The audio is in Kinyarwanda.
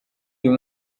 uyu